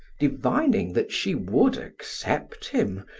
divining that she would accept him,